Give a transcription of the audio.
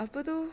apa tu